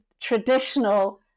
traditional